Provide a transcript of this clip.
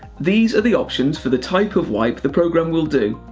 these are the options for the type of wipe the program will do.